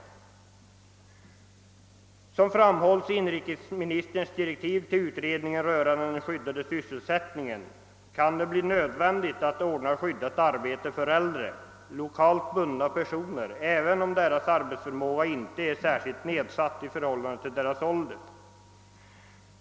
Såsom framhålls i inrikesministerns direktiv till utredningen rörande den skyddade sysselsättningen, kan det ”bli nödvändigt att ordna skyddat arbete för äldre, lokalt bundna personer även om deras arbetsförmåga inte är särskilt nedsatt i förhållande till åldern”.